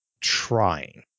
trying